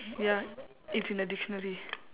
ya it's in the dictionary